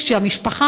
כשהמשפחה